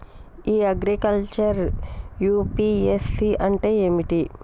ఇ agriculture UPSC అంటే ఏమిటి?